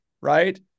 right